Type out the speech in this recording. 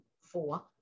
four